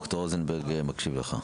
ד"ר רוזנברג מקשיב לך.